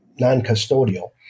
non-custodial